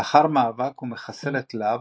לאחר מאבק הוא מחסל את לאב,